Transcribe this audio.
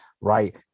right